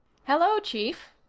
hello, chief,